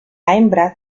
hembra